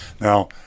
now